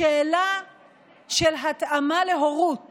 השאלה של התאמה להורות